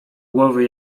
głowy